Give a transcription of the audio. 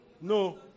No